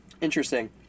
Interesting